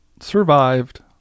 survived